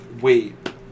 Wait